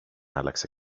άλλαξε